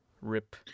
Rip